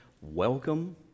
welcome